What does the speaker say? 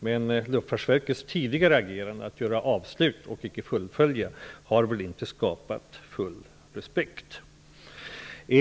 Men Luftfartsverkets tidigare agerande, nämligen att göra avslut och icke fullfölja sitt åtagande inger inte full respekt.